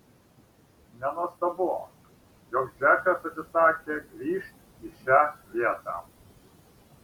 nenuostabu jog džekas atsisakė grįžt į šią vietą